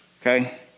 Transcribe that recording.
Okay